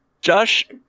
Josh